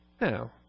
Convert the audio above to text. Now